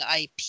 ip